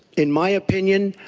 in my opinion,